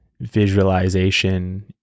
visualization